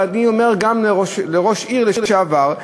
ואני אומר גם לראש עיר לשעבר,